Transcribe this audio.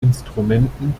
instrumenten